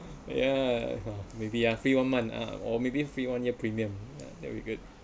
ya maybe yeah free one month uh or maybe free one year premium that we get